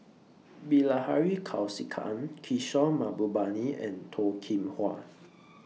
Bilahari Kausikan Kishore Mahbubani and Toh Kim Hwa